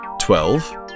twelve